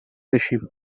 بشیم